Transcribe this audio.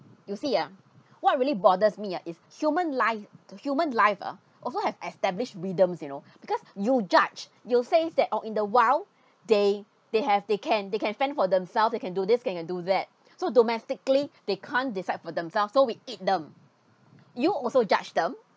you see ah what really bothers me ah is human life to human life ah also have established rhythms you know because you judge you says that oh in the wild they they have they can they can fend for themselves they can do this they can do that so domestically they can't decide for themselves so we eat them you also judge them